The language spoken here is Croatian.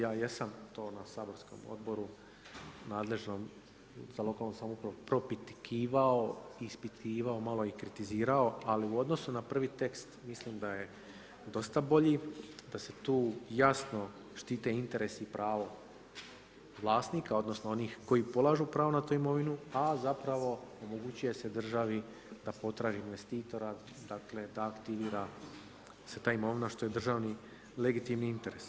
Ja jesam to na saborskom odboru nadležnom za lokalnu samoupravu, propitkivao i ispitivao, malo i kritizirao, ali u odnosu na prvi tekst mislim da je dosta bolji i da se tu jasno štite interesi i pravo vlasnika, odnosno, onih koji polažu pravo na tu imovinu, a zapravo omogućuje se državi da potraži investitora, dakle, da aktivira se ta imovina, što je državni legitimni interes.